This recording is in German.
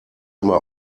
immer